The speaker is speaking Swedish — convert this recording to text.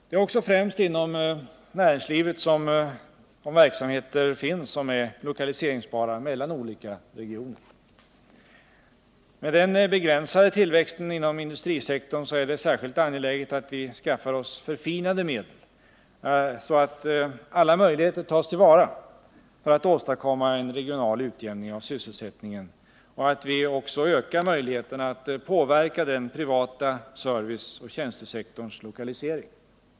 Det är också främst inom näringslivet som de verksamheter finns som är lokaliseringsbara mellan olika regioner. Med den begränsade tillväxten inom industrisektorn är det särskilt angeläget att vi skaffar oss förfinade medel så att alla möjligheter tas till vara för att åstadkomma en regional utjämning av sysselsättningen och att vi också ökar möjligheterna att påverka den privata serviceoch tjänstesektorns lokalisering.